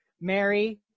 Mary